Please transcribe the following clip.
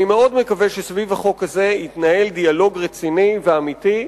אני מאוד מקווה שסביב החוק הזה יתנהל דיאלוג רציני ואמיתי,